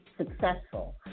Successful